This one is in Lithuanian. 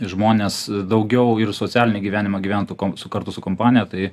žmonės daugiau ir socialinį gyvenimą gyventų kom su kartu su kompanija tai